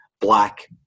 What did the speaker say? black